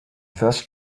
first